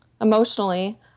emotionally